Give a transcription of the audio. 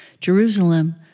Jerusalem